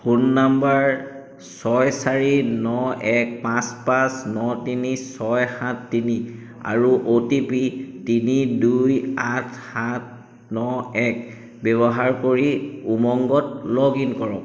phone number ছয় চাৰি ন এক পাঁচ পাঁচ ন তিনি ছয় সাত তিনি আৰু অ' টি পি তিনি দুই আঠ সাত ন এক ব্যৱহাৰ কৰি উমংগত লগ ইন কৰক